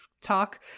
talk